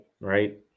right